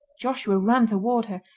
joshua ran toward her,